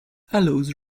allows